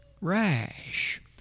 rash